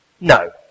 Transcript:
no